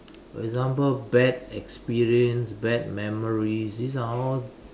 for example bad experience bad memories these are all